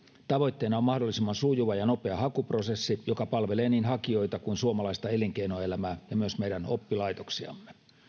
tavoitteena on mahdollisimman sujuva ja nopea hakuprosessi joka palvelee niin hakijoita kuin suomalaista elinkeinoelämää ja myös meidän oppilaitoksiamme